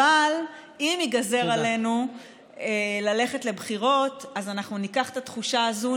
אבל אם ייגזר עלינו ללכת לבחירות אז אנחנו ניקח את התחושה הזאת,